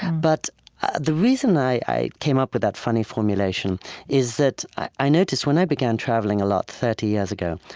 but the reason i i came up with that funny formulation is that i i noticed when i began traveling a lot thirty years ago,